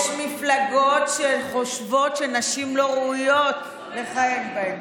יש מפלגות שחושבות שנשים לא ראויות לכהן בהן.